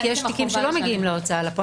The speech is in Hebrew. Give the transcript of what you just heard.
כי יש תיקים שלא מגיעים להוצאה לפועל.